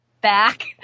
back